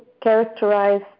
characterize